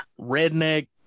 Redneck